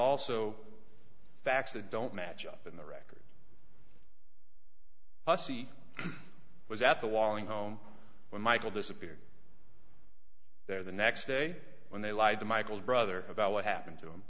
also facts that don't match up in the record bussy was at the walling home when michael disappeared there the next day when they lied to michael's brother about what happened to him